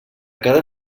cada